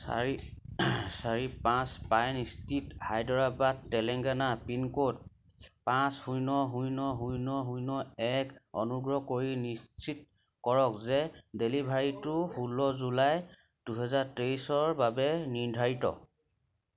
চাৰি পাঁচ Pine Street Hyderabad Telangana pincode পাঁচ শূন্য শূন্য শূন্য শূন্য এক অনুগ্ৰহ কৰি নিশ্চিত কৰক যে ডেলিভাৰীটো ষোল্ল জুলাই দুহেজাৰ তেইছৰ বাবে নিৰ্ধাৰিত